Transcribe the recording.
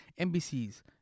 NBC's